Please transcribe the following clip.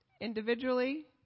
individually